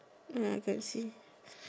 ah I can see